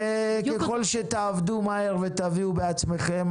וככל שתעבדו מהר ותביאו בעצמכם,